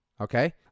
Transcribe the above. okay